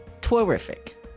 terrific